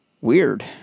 weird